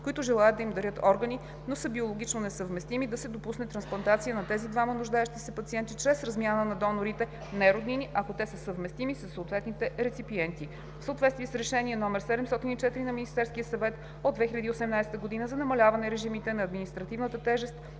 които желаят да им дарят орган, но са биологично несъвместими, да се допусне трансплантация на тези двама нуждаещи се пациенти чрез размяна на донорите (не роднини), ако те са съвместими със съответните реципиенти. В съответствие с Решение № 704 на Министерския съвет от 2018 г. за намаляване режимите на административната тежест